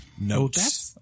notes